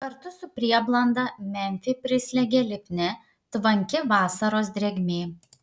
kartu su prieblanda memfį prislėgė lipni tvanki vasaros drėgmė